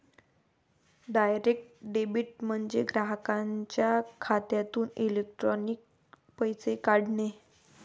direct debit म्हणजे ग्राहकाच्या खात्यातून इलेक्ट्रॉनिक पैसे काढणे